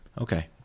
Okay